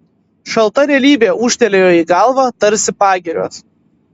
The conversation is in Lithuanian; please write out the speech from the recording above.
šalta realybė ūžtelėjo į galvą tarsi pagirios